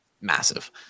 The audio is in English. Massive